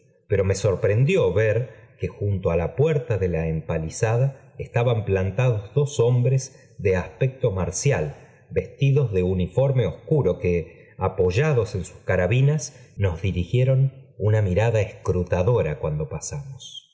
pero me sorprendió ver que junto á la puerta de la empalizada estaban plantados dos hombres de aspecto marcial vestidos de uniforme obscuro que apoyados en sus carabinas nos dirigieron una mirada escrutadora cuando pasamos